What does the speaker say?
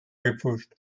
gepfuscht